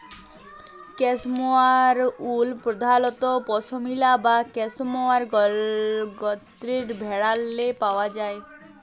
cashmere wool পধালত পশমিলা বা ক্যাসমোয়ার গত্রের ভেড়াল্লে পাউয়া যায়